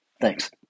Thanks